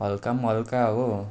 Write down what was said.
हल्का पनि हल्का हो